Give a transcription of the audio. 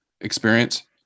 experience